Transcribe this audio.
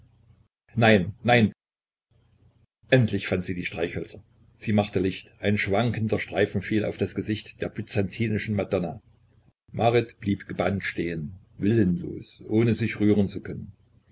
nein nein endlich fand sie die streichhölzer sie machte licht ein schwankender streifen fiel auf das gesicht der byzantinischen madonna marit blieb gebannt stehen willenlos ohne sich rühren zu können